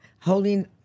holding